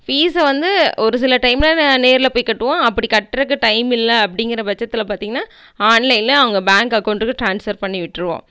ஃபீஸை வந்து ஒரு சில டைம்மில் நேரில் போய் கட்டுவோம் அப்படி கட்டுறக்கு டைம் இல்லை அப்படிங்கிற பட்சத்தில் பார்த்தீங்கன்னா ஆன்லைனில் அவங்க பேங்க் அக்கௌண்ட்டுக்கு ட்ரான்ஸ்ஃபர் பண்ணி விட்டுருவோம்